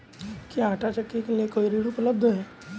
क्या आंटा चक्की के लिए कोई ऋण उपलब्ध है?